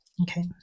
Okay